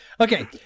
Okay